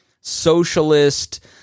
socialist